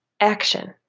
action